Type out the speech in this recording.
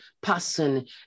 person